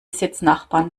sitznachbarn